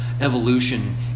evolution